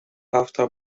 after